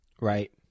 Right